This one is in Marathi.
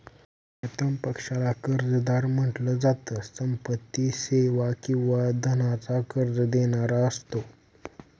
प्रथम पक्षाला कर्जदार म्हंटल जात, संपत्ती, सेवा किंवा धनाच कर्ज देणारा असतो